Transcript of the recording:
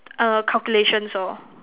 err calculations lor